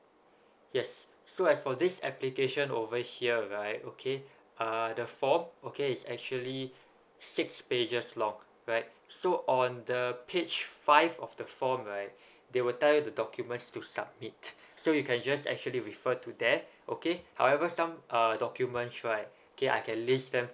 yes so as for this application over here right okay uh the form okay is actually six pages long right so on the page five of the form right they will tell you the documents to submit so you can just actually refer to that okay however some err documents right okay I can list them